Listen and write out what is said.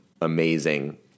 amazing